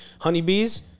Honeybees